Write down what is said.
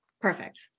Perfect